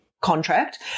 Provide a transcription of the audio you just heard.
contract